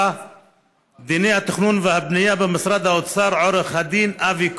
דיני התכנון והבנייה במשרד האוצר עו"ד אבי כהן,